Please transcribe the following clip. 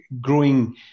growing